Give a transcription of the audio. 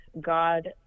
God